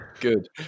good